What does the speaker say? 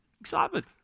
excitement